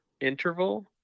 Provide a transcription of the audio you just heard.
interval